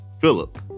Philip